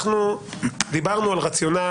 אנחנו דיברנו על רציונל,